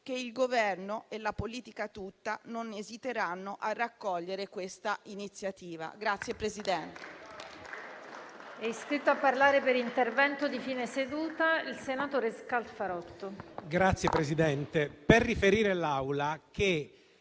che il Governo e la politica tutta non esiteranno a raccogliere questa iniziativa.